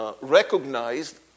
Recognized